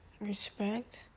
respect